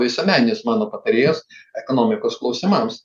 visuomeninis mano patarėjas ekonomikos klausimams